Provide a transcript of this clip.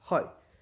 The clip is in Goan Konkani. हय